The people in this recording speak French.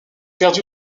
perdu